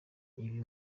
ibi